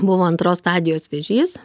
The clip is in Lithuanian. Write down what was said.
buvo antros stadijos vėžys